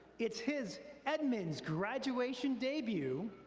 it's his edmond's graduation debut,